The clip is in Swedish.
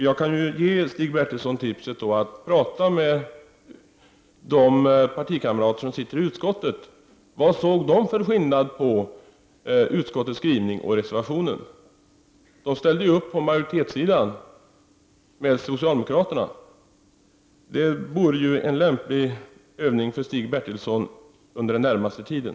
Jag kan ju ge Stig Bertilsson tipset att han skall tala med sina partikamrater i utskottet och fråga vilken skillnad de såg mellan utskottets skrivning och reservationens. De ställde ju upp på majoritetssidan tillsammans med socialdemokraterna. Detta vore en lämplig övning för Stig Bertilsson den närmaste tiden.